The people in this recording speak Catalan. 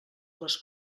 les